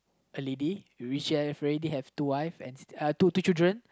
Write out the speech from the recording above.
a lady who which have already have two wife and uh two children